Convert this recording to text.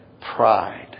pride